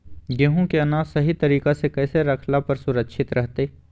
गेहूं के अनाज सही तरीका से कैसे रखला पर सुरक्षित रहतय?